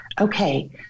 okay